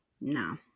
No